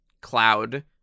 Cloud